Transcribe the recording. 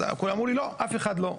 אז אמרו לי אף אחד לא.